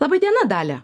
laba diena dalia